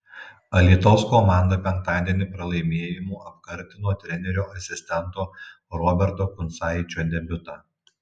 alytaus komanda penktadienį pralaimėjimu apkartino trenerio asistento roberto kuncaičio debiutą